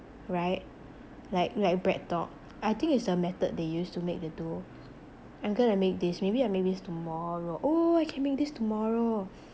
right like like Breadtalk like I think it's a method they use to make the dough I'm gonna make this maybe I'll make this tomorrow oh I can make this tomorrow